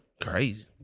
Crazy